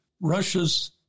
Russia's